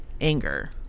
anger